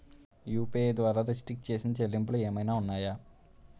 UPI ద్వారా restrict చేసిన చెల్లింపులు ఏమైనా ఉన్నాయా?